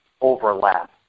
overlap